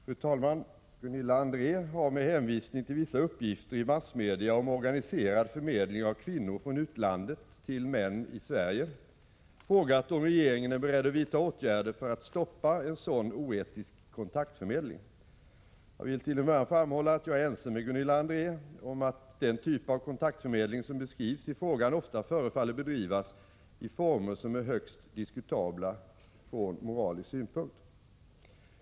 Fru talman! Gunilla André har med hänvisning till vissa uppgifter i massmedia om organiserad förmedling av kvinnor från utlandet till män i Sverige frågat om regeringen är beredd att vidta åtgärder för att stoppa en sådan oetisk kontaktförmedling. Jag vill till en början framhålla att jag är ense med Gunilla André om att den typ av kontaktförmedling som beskrivs i frågan ofta förefaller bedrivas i former som är högst diskutabla från moralisk synpunkt.